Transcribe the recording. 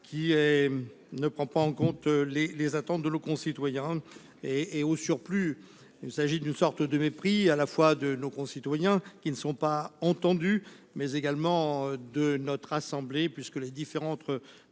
elle ne prend pas en compte les les attentes de nos concitoyens. Et et au surplus, il s'agit d'une sorte de mépris à la fois de nos concitoyens qui ne sont pas entendus, mais également de notre assemblée puisque les différends